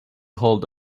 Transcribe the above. hold